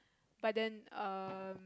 but then um